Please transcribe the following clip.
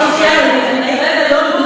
לא, אבל הם ירדו.